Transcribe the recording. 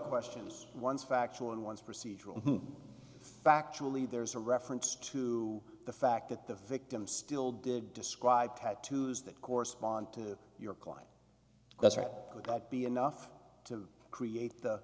questions one factual and one procedural factually there's a reference to the fact that the victim still did describe tattoos that correspond to your client that's right would be enough to create